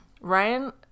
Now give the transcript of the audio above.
Ryan